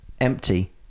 empty